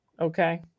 okay